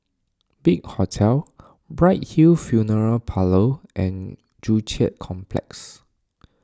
Big Hotel Bright Hill Funeral Parlour and Joo Chiat Complex